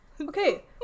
okay